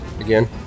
Again